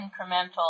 incremental